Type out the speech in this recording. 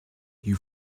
you